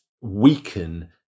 weaken